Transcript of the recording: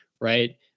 Right